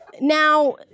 now